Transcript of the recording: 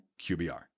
QBR